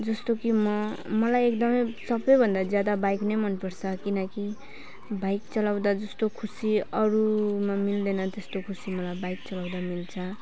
जस्तो कि म मलाई एकदमै सबैभन्दा ज्यादा बाइक नै मन पर्छ किनकि बाइक चलाउँदा जस्तो खुसी अरूमा मिल्दैन त्यस्तो खुसी मलाई बाइक चलाउँदा मिल्छ